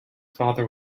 father